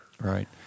Right